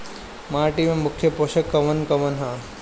माटी में मुख्य पोषक कवन कवन ह?